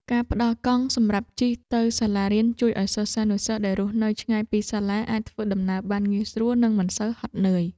ការផ្តល់កង់សម្រាប់ជិះទៅសាលារៀនជួយឱ្យសិស្សានុសិស្សដែលរស់នៅឆ្ងាយពីសាលា អាចធ្វើដំណើរបានងាយស្រួលនិងមិនសូវហត់នឿយ។